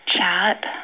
Chat